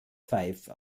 five